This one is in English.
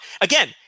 again